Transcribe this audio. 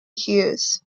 hughes